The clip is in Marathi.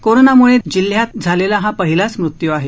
कोरोनामुळे जिल्ह्यात झालेला हा पहिला मृत्यू आहे